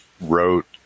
wrote